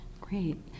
Great